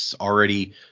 already